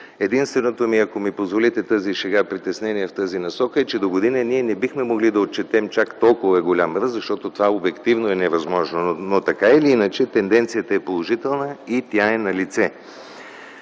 в тази насока, ако ми позволите тази шега, е, че догодина ние не бихме могли да отчетем чак толкова голям ръст, защото това обективно е невъзможно. Но така или иначе тенденцията е положителна и тя е налице.